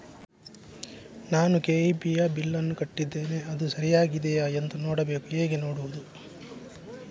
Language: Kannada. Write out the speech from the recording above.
ನಾನು ಕೆ.ಇ.ಬಿ ಯ ಬಿಲ್ಲನ್ನು ಕಟ್ಟಿದ್ದೇನೆ, ಅದು ಸರಿಯಾಗಿದೆಯಾ ಎಂದು ನೋಡಬೇಕು ಹೇಗೆ ನೋಡುವುದು?